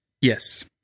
Yes